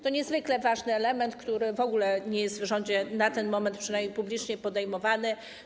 To niezwykle ważny element, który w ogóle nie jest przez rząd w tym momencie, przynajmniej publicznie, podejmowany.